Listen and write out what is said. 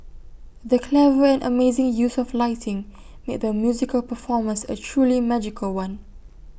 the clever and amazing use of lighting made the musical performance A truly magical one